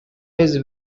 his